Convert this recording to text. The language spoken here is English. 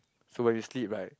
so when you sleep right